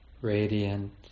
radiant